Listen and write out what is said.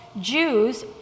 Jews